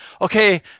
okay